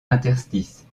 interstices